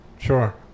Sure